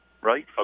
right